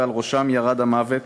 ועל ראשם ירד המוות.